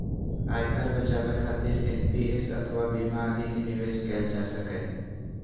आयकर बचाबै खातिर एन.पी.एस अथवा बीमा आदि मे निवेश कैल जा सकैए